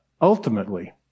ultimately